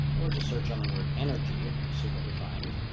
we'll just search on the word energy to see what we find.